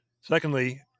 Secondly